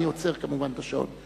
אני עוצר כמובן את השעון,